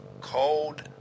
cold